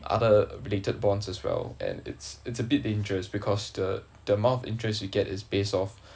other related bonds as well and it's it's a bit dangerous because the the amount of interest you get is based off